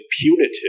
punitive